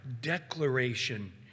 declaration